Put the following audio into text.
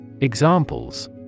Examples